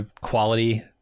quality